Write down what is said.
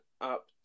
up